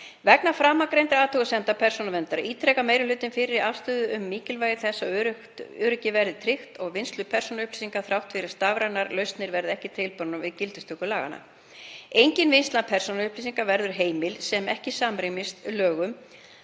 Vegna framangreindra athugasemda Persónuverndar ítrekar meiri hlutinn fyrri afstöðu um mikilvægi þess að öryggi verði tryggt við vinnslu persónuupplýsinga þrátt fyrir að stafrænar lausnir verði ekki tilbúnar við gildistöku laganna. Engin vinnsla persónuupplýsinga verður heimil sem ekki samrýmist lögum